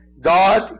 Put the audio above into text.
God